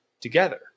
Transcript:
together